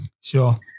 Sure